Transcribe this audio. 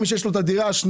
ומי שיש לו דירה שנייה,